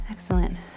Excellent